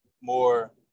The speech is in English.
more